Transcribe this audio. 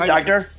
Doctor